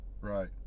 right